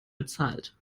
bezahlt